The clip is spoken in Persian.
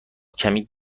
کمی